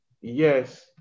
Yes